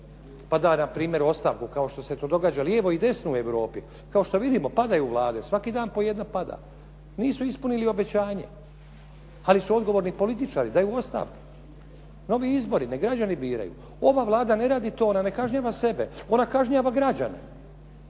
pa da na primjer ostavku kao što se to događa lijevo i desno u Europi. Kao što vidimo padaju Vlade, svaki dan po jedna pada. Nisu ispunili obećanje, ali su odgovorni političari, daju ostavku, novi izbori, nek građani biraju. Ova Vlada ne radi to. Ona ne kažnjava sebe, ona kažnjava građane